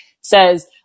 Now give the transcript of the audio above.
says